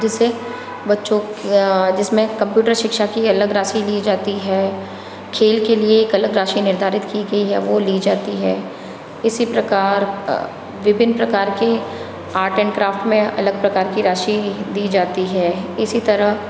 जिससे बच्चों का जिसमें कंप्यूटर शिक्षा की अलग राशि ली जाती है खेल के लिए एक अलग राशि निर्धारित की गई है वो ली जाती है इसी प्रकार विभिन्न प्रकार के आर्ट एंड क्राफ्ट में अलग प्रकार की राशि दी जाती है इसी तरह